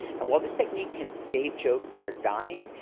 and while this technique can save jokes that are dying,